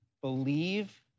believe